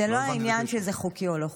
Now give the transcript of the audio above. תקשיב, זה לא העניין שזה חוקי או לא חוקי.